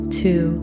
two